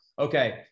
okay